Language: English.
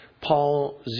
Paul